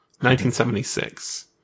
1976